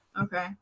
Okay